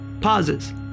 pauses